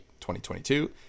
2022